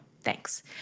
Thanks